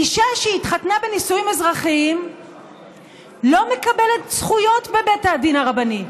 אישה שהתחתנה בנישואים אזרחיים לא מקבלת זכויות בבית הדין הרבני.